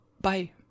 Bye